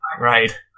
right